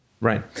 Right